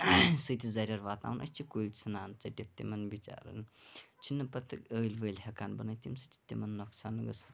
سۭتۍ زَریٚر واتان أسۍ چھِ کُلۍ ژھٕنان ژٔٹِتھ تِمَن بِچارَن چھِ نہٕ پَتہٕ ٲلۍ وٲلۍ ہیٚکان بَنٲیِتھ تِم چھِ تِمَن نوٚقصان گَژھان